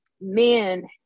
men